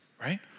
right